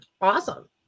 Awesome